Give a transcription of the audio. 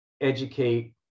educate